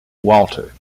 walter